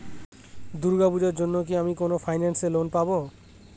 দূর্গা পূজোর জন্য আমি কি কোন ফাইন্যান্স এ লোন পাবো?